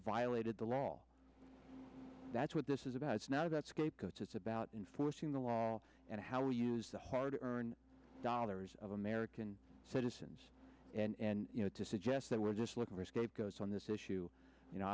violated the law that's what this is about it's now that scapegoat it's about enforcing the law and how we use the hard earned dollars of american citizens and you know to suggest that we're just looking for scapegoats on this issue you know